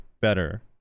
better